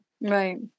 Right